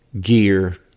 gear